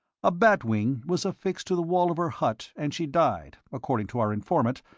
a bat wing was affixed to the wall of her hut and she died, according to our informant,